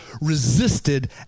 resisted